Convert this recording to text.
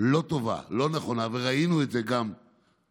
לא טובה, לא נכונה, וראינו את זה גם בהסכמים,